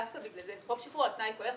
דווקא בגלל זה חוק שחרור על-תנאי פועל